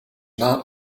not